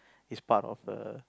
is part of a